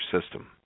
system